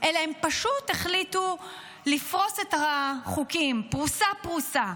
אלא הם פשוט החליטו לפרוס את החוקים פרוסה-פרוסה.